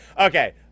Okay